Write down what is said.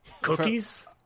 Cookies